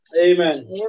Amen